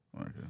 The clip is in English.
Okay